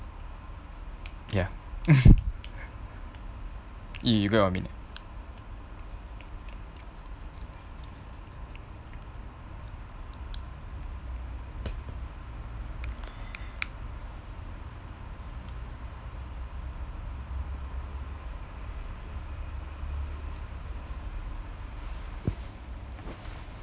ya you you get what I mean